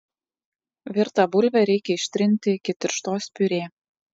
virtą bulvę reikia ištrinti iki tirštos piurė